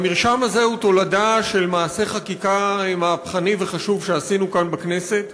המרשם הזה הוא תולדה של מעשה חקיקה מהפכני וחשוב שעשינו כאן בכנסת,